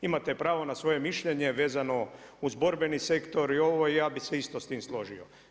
Imate pravo na svoje mišljenje vezano uz borbeni sektor i ovo i ja bih se isto s time složio.